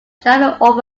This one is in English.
driving